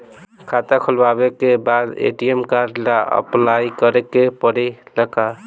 खाता खोलबाबे के बाद ए.टी.एम कार्ड ला अपलाई करे के पड़ेले का?